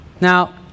Now